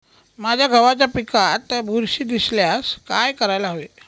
माझ्या गव्हाच्या पिकात बुरशी दिसल्यास काय करायला हवे?